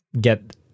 Get